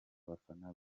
abafana